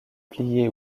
plié